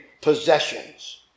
possessions